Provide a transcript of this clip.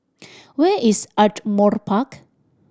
where is Ardmore Park